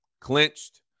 clinched